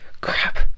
Crap